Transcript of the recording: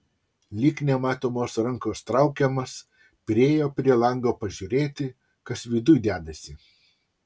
lyg nematomos rankos traukiamas priėjo prie lango pažiūrėti kas viduj dedasi